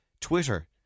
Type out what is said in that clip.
Twitter